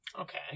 Okay